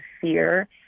fear